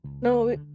No